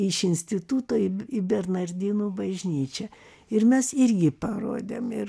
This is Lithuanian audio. iš instituto į į bernardinų bažnyčią ir mes irgi parodėm ir